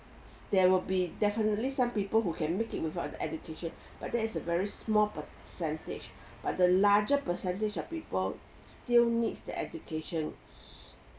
there will be definitely some people who can make it without the education but there is a very small percentage but the larger percentage of people still needs the education